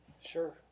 Sure